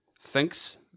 thinks